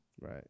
Right